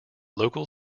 local